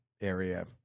area